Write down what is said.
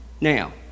Now